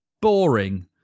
Boring